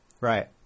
Right